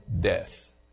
death